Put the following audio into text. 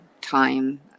time